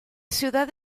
ciudad